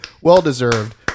Well-deserved